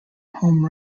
home